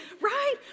Right